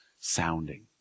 sounding